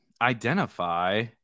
identify